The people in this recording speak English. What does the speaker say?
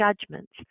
judgments